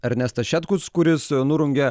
ernestas šetkus kuris nurungę